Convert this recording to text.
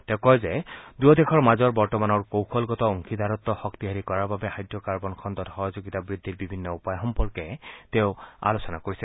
তেওঁ কয় যে দুয়ো দেশৰ মাজৰ বৰ্তমানৰ কৌশলগত অংশীদাৰত্ব শক্তিশালী কৰাৰ বাবে হাইড্ৰকাৰ্বন খণ্ডত সহযোগিতা বৃদ্ধিৰ বিভিন্ন উপায় সম্পৰ্কে তেওঁ আলোচনা কৰিছে